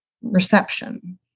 reception